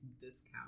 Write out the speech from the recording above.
discount